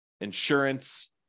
insurance